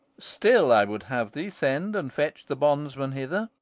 still i would have thee send and fetch the bondsman hither.